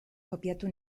kopiatu